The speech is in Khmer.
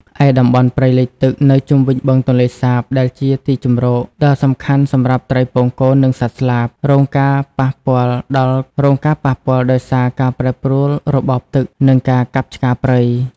ឯតំបន់ព្រៃលិចទឹកនៅជុំវិញបឹងទន្លេសាប ដែលជាទីជម្រកដ៏សំខាន់សម្រាប់ត្រីពងកូន និងសត្វស្លាប រងការប៉ះពាល់ដោយសារការប្រែប្រួលរបបទឹក និងការកាប់ឆ្ការព្រៃ។